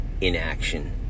inaction